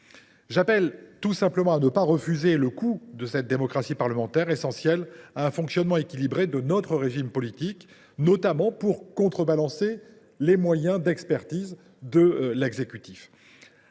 J’appelle tout simplement à ne pas refuser le coût de la démocratie parlementaire, essentielle à un fonctionnement équilibré de notre régime politique, notamment pour contrebalancer les moyens d’expertise de l’exécutif.